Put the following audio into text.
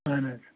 اَہن حظ